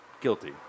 guilty